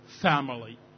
family